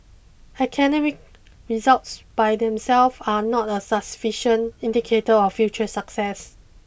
academic results by themselves are not a sufficient indicator of future success